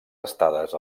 estades